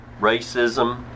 racism